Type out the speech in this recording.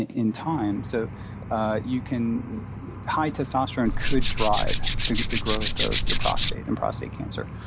and in time, so you can high testosterone could drive the the growth of your prostate in prostate cancer.